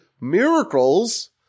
miracles